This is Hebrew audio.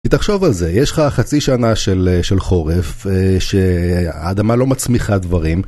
תתחשוב על זה, יש לך חצי שנה של חורף שהאדמה לא מצמיחה דברים